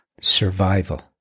Survival